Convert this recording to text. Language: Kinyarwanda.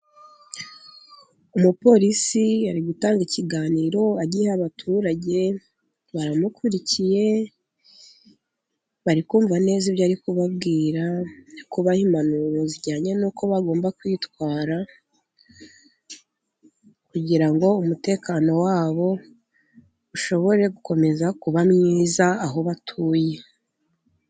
Umupolisi ari gutanga ikiganiro agiha abaturage, baramukurikiye, barikumva neza ibyo ari kubabwira, ari kubaha impanuro zijyanye nuko bagomba kwitwara, kugira ngo umutekano wabo ushobore gukomeza kuba mwiza aho batuye.